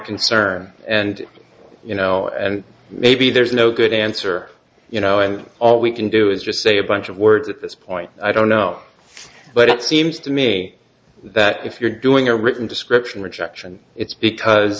concern and you know and maybe there's no good answer you know and all we can do is just say a bunch of words at this point i don't know but it seems to me that if you're doing a written description rejection it's because